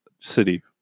city